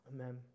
Amen